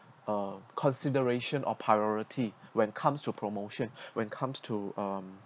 uh consideration or priority when comes to promotion when comes to um